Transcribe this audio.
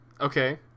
okay